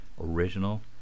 original